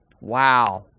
Wow